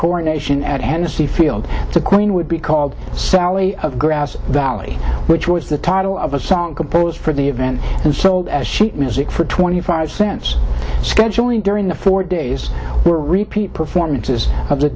coronation at hand the seafield the queen would be called sally of grass valley which was the title of a song composed for the event and sold as sheet music for twenty five cents scheduling during the four days were repeat performances of the